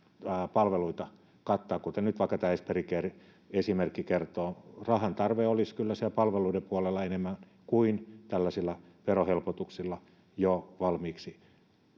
palveluita kattaa kuten nyt vaikka esperi care esimerkki kertoo rahantarve olisi kyllä siellä palveluiden puolella enemmän kuin tällaisilla verohelpotuksilla jo valmiiksi